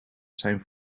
zijn